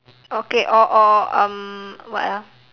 okay or or um what ah